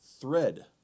thread